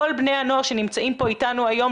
כל בני הנוער שנמצאים פה איתנו היום,